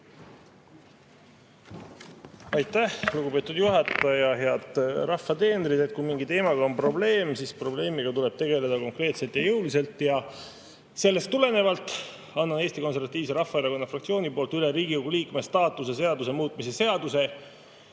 Aitäh, lugupeetud juhataja! Head rahva teenrid! Kui mingi teemaga on probleem, siis probleemiga tuleb tegeleda konkreetselt ja jõuliselt. Sellest tulenevalt annan Eesti Konservatiivse Rahvaerakonna fraktsiooni nimel üle Riigikogu liikme staatuse seaduse muutmise seaduse.